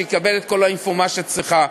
שיקבל את כל האינפורמציה שהוא צריך.